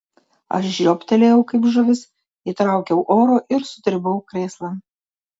aš žioptelėjau kaip žuvis įtraukiau oro ir sudribau krėslan